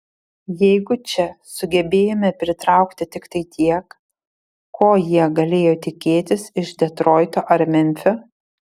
jeigu čia sugebėjome pritraukti tiktai tiek ko jie galėjo tikėtis iš detroito ar memfio